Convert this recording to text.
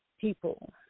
people